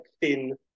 thin